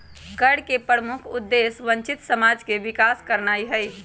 कर के प्रमुख उद्देश्य वंचित समाज के विकास करनाइ हइ